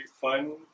fun